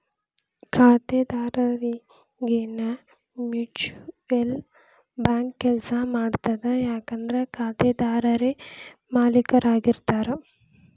ಖಾತೆದಾರರರಿಗೆನೇ mutual bank ಕೆಲ್ಸ ಮಾಡ್ತದ ಯಾಕಂದ್ರ ಖಾತೆದಾರರೇ ಮಾಲೇಕರಾಗಿರ್ತಾರ